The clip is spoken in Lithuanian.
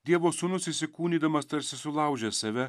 dievo sūnus įsikūnydamas tarsi sulaužė save